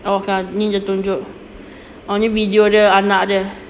ah macam ni dia tunjuk ni video dia anak dia